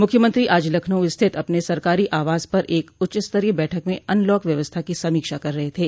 मुख्यमंत्री आज लखनऊ स्थित अपने सरकारी आवास पर एक उच्चस्तरीय बैठक में अनलॉक व्यवस्था की समीक्षा कर रहे थे